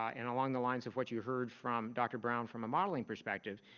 and along the lines of what you heard from dr brown from a modelling perspective,